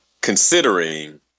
considering